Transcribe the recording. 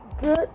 Good